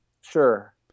Sure